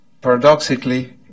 paradoxically